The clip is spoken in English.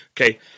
Okay